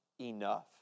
enough